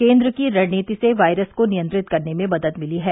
केन्द्र की रणनीतियों से वायरस को नियंत्रित करने में मदद मिली है